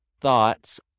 thoughts